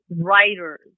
writers